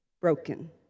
broken